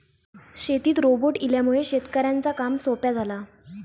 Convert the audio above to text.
शेतीत रोबोट इल्यामुळे शेतकऱ्यांचा काम सोप्या झाला